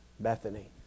bethany